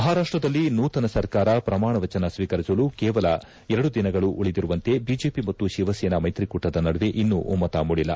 ಮಹಾರಾಷ್ಟದಲ್ಲಿ ನೂತನ ಸರ್ಕಾರ ಪ್ರಮಾಣ ವಚನ ಸ್ವೀಕರಿಸಲು ಕೇವಲ ಎರಡು ದಿನಗಳು ಉಳಿದಿರುವಂತೆ ಬಿಜೆಪಿ ಮತ್ತು ಶಿವಸೇನಾ ಮೈತ್ರಿಕೂಟದ ನಡುವೆ ಇನ್ನೂ ಒಮ್ದತ ಮೂಡಿಲ್ಲ